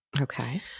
Okay